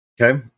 Okay